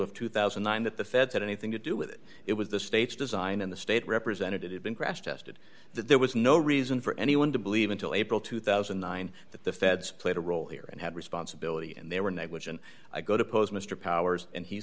of two thousand and nine that the feds had anything to do with it it was the state's design and the state representative had been crash tested that there was no reason for anyone to believe until april two thousand and nine that the feds played a role here and had responsibility and they were negligent i go to pose mr powers and he